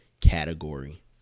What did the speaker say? category